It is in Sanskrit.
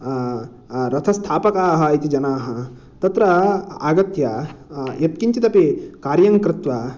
रथस्थापकाः इति जनाः तत्र आगत्य यत्किञ्चिदपि कार्यं कृत्वा